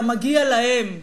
אלא מגיע להם,